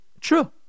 true